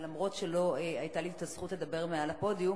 אף-על-פי שלא היתה לי הזכות לדבר מעל הפודיום,